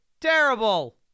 terrible